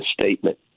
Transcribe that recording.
statement